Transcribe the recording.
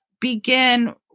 begin